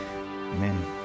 amen